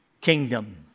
kingdom